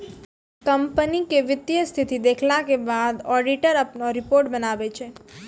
company के वित्तीय स्थिति देखला के बाद ऑडिटर अपनो रिपोर्ट बनाबै छै